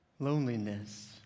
Loneliness